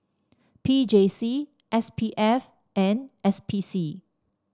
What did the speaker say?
P J C S P F and S P C